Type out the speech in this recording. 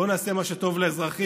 בואו נעשה מה שטוב לאזרחים,